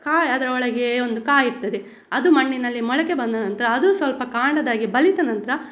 ಕಾ ಅದರೊಳಗೆ ಒಂದು ಕಾಯಿ ಇರ್ತದೆ ಅದು ಮಣ್ಣಿನಲ್ಲಿ ಮೊಳಕೆ ಬಂದ ನಂತರ ಅದು ಸ್ವಲ್ಪ ಕಾಣದಾಗೆ ಬಲಿತ ನಂತರ